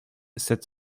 sept